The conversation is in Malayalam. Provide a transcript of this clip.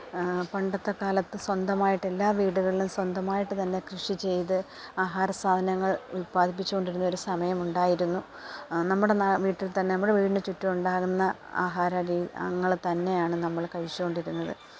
പണ്ടത്തെക്കാലത്ത് സ്വന്തമായിട്ട് എല്ലാ വീടുകളിലും സ്വന്തമായിട്ട് തന്നെ കൃഷി ചെയ്ത് ആഹാരസാധനങ്ങള് ഉത്പാദിപ്പിച്ചുകൊണ്ടിരുന്ന ഒരു സമയം ഉണ്ടായിരുന്നു നമ്മുടെ വീട്ടില്ത്തന്നെ നമ്മുടെ വീടിന് ചുറ്റും ഉണ്ടാകുന്ന ആഹാര ങ്ങൾ തന്നെയാണ് നമ്മൾ കഴിച്ചുകൊണ്ടിരുന്നത്